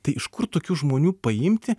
tai iš kur tokių žmonių paimti